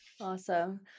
Awesome